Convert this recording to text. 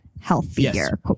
healthier